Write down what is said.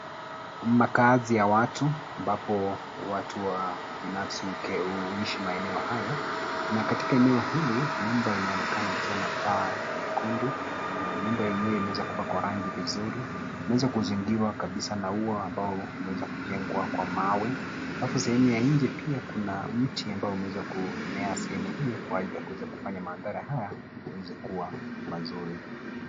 Makaazi ya watu ambapo watu wa binafsi huishi maeneo haya na katika eneo hili nyumba inaonekana ikiwa na paa nyekundu na nyumba yenyewe imeweza kupakwa rangi vizuri. Imeweza kuzingirwa kabisa na ua ambao umeweza kujengwa kwa mawe. Sehemu ya nje pia kuna mti ambayo umeweza kumea sehemu hiyo kwa ajili ya kuweza kufanya mandhara haya kuweza kuwa mazuri.